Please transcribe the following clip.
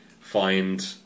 Find